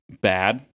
bad